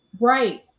right